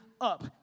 up